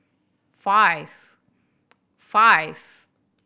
five five